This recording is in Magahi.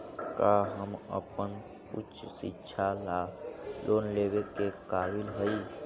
का हम अपन उच्च शिक्षा ला लोन लेवे के काबिल ही?